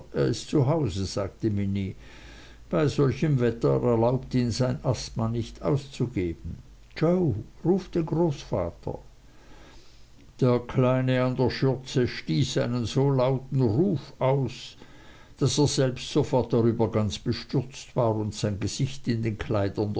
zu hause sagte minnie bei solchem wetter erlaubt ihm sein asthma nicht auszugehen joe ruf den großvater der kleine kerl an der schürze stieß einen so lauten ruf aus daß er selbst sofort darüber ganz bestürzt war und sein gesicht in den kleidern